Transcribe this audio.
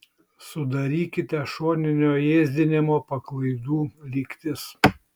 sudarykite šoninio ėsdinimo paklaidų lygtis